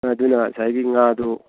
ꯑꯗꯨꯅ ꯉꯁꯥꯏꯒꯤ ꯉꯥꯗꯨ